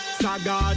saga